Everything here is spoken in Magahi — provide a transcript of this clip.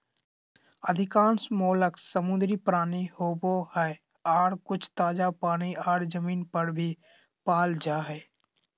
अधिकांश मोलस्क समुद्री प्राणी होवई हई, आर कुछ ताजा पानी आर जमीन पर भी पाल जा हई